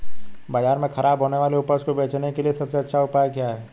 बाजार में खराब होने वाली उपज को बेचने के लिए सबसे अच्छा उपाय क्या है?